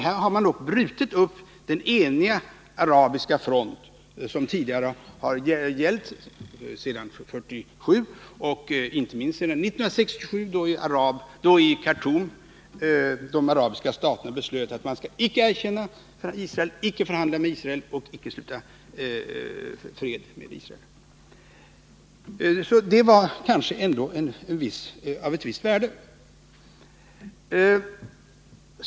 Här har man dock brutit upp den eniga arabiska front som tidigare gällt sedan 1947 och som inte minst befästs i Khartoum 1967, då de arabiska staterna beslöt att de icke skulle erkänna Israel, icke förhandla med Israel och icke sluta fred med Israel. Förhandlingarna var alltså ändå av ett visst värde.